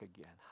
again